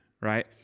right